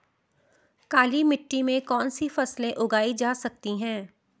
काली मिट्टी में कौनसी फसलें उगाई जा सकती हैं?